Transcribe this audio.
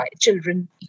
children